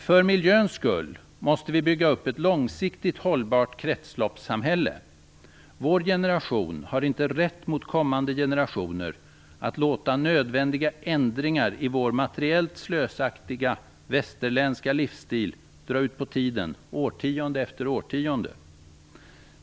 För miljöns skull måste vi bygga upp ett långsiktigt hållbart kretsloppssamhälle. Gentemot kommande generationer har vår generation inte rätt att låta nödvändiga ändringar i vår materiellt slösaktiga västerländska livsstil dra ut på tiden, årtionde efter årtionde.